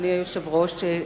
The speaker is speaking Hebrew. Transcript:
אדוני היושב-ראש,